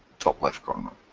top left corner.